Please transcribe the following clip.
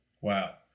Wow